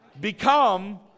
become